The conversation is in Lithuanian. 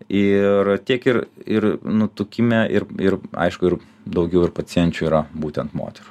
ir tiek ir ir nutukime ir ir aišku ir daugiau ir pacienčių yra būtent moterų